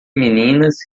meninas